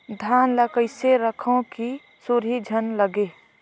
धान ल कइसे रखव कि सुरही झन लगे?